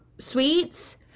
sweets